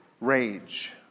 rage